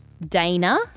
Dana